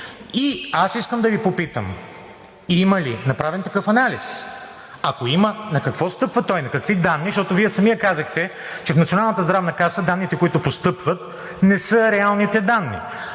Аз искам да Ви попитам: има ли направен такъв анализ, ако има, на какво стъпва той, на какви данни? Защото Вие самият казахте, че в Националната здравна каса данните, които постъпват, не са реалните данни.